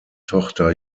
tochter